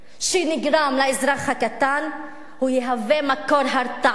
שנגרם לאזרח הקטן יהווה מקור הרתעה